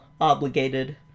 obligated